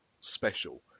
special